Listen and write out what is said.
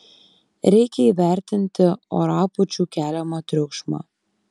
reikia įvertinti orapūčių keliamą triukšmą